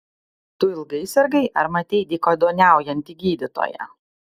tu ilgai sirgai ar matei dykaduoniaujantį gydytoją